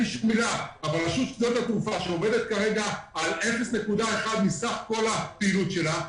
רשות שדות התעופה שעובדת כרגע על 0.1 מסך כל הפעילות שלה,